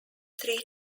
three